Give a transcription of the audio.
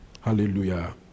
Hallelujah